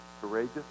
courageous